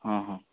ହଁ ହଁ